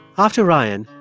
after ryan,